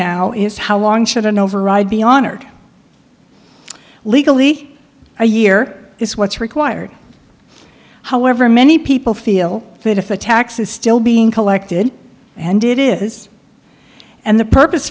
now is how long should an override be honored legally a year is what's required however many people feel that if a tax is still being collected and it is and the purpose